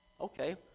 Okay